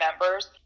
members